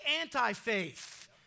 anti-faith